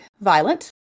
violent